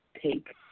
take